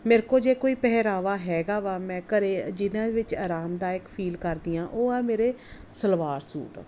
ਮੇਰੇ ਕੋਲ ਜੇ ਕੋਈ ਪਹਿਰਾਵਾ ਹੈਗਾ ਵਾ ਮੈਂ ਘਰ ਜਿਨ੍ਹਾਂ ਦੇ ਵਿੱਚ ਆਰਾਮਦਾਇਕ ਫੀਲ ਕਰਦੀ ਹਾਂ ਉਹ ਆ ਮੇਰੇ ਸਲਵਾਰ ਸੂਟ